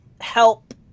help